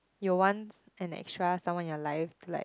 you want an extra someone in your life to like